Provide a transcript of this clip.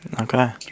okay